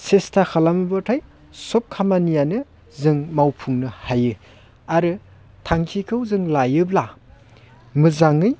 सेसथा खालमब्लाथाय सब खामानियानो जों मावफुंनो हायो आरो थांखिखौ जों लायोब्ला मोजाङै